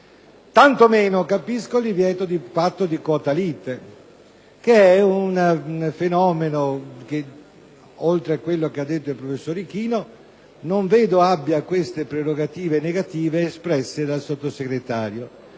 Tanto meno capisco il divieto del patto di quota lite, un fenomeno che, oltre a quel che ha detto il professor Ichino, non vedo caratterizzato dalle prerogative negative espresse dal Sottosegretario.